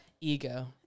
Ego